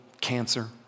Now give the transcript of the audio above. cancer